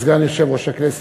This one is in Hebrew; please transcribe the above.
סגן יושב-ראש הכנסת,